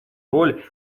роль